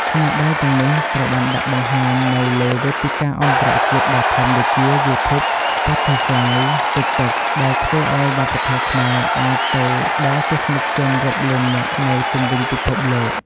ស្នាដៃទាំងនេះត្រូវបានដាក់បង្ហាញនៅលើវេទិកាអន្តរជាតិដ៏ធំដូចជា YouTube, Spotify, TikTok ដែលធ្វើឲ្យវប្បធម៌ខ្មែរអាចទៅដល់ទស្សនិកជនរាប់លាននាក់នៅជុំវិញពិភពលោក។